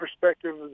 perspective